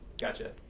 Gotcha